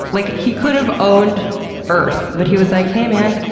like, he could've owned earth, but he was like, hey man,